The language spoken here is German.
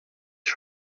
ich